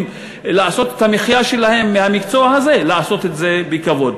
לעשות את המחיה שלהם מהמקצוע הזה לעשות את זה בכבוד.